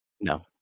No